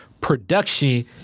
production